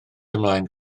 ymlaen